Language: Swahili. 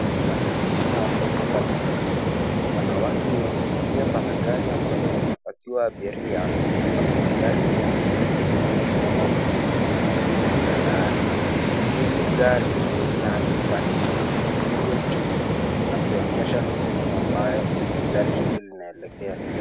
Hapa ni sehemu ambapo panaonekana pana watu wengi, pia pana gari ambali linapakiwa abiria na pana magari megine ambayo yamo kwenye safarini tayari. Hili gari linazibanio vilivyo juu, inazionyesha sehemu ambalo gari hili linaelekea.